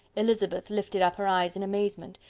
elizabeth lifted up her eyes in amazement,